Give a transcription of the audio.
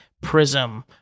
Prism